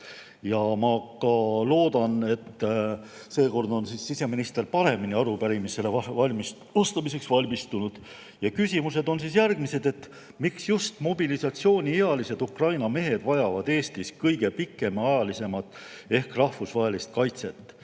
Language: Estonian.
ja ma loodan, et seekord on siseminister paremini arupärimisele vastamiseks valmistunud. Küsimused on järgmised. Miks just mobilisatsiooniealised Ukraina mehed vajavad Eestis kõige pikemaajalisemat ehk rahvusvahelist kaitset